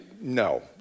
no